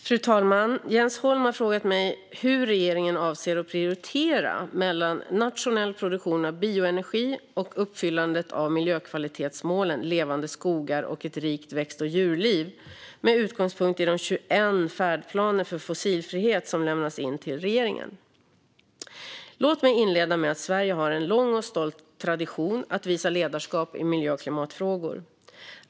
Fru talman! Jens Holm har frågat mig hur regeringen avser att prioritera mellan nationell produktion av bioenergi och uppfyllandet av miljökvalitetsmålen Levande skogar och Ett rikt växt och djurliv med utgångspunkt i de 21 färdplaner för fossilfrihet som lämnats in till regeringen. Låt mig inleda med att säga att Sverige har en lång och stolt tradition av att visa ledarskap i miljö och klimatfrågor.